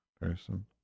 person